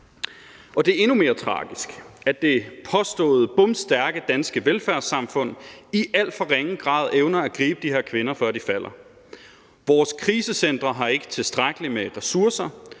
Det er endnu mere tragisk, at det påståede bomstærke danske velfærdssamfund i alt for ringe grad evner at gribe de her kvinder, før de falder. Vores krisecentre har ikke tilstrækkelig med ressourcer,